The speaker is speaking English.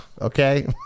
okay